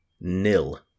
nil